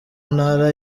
ntara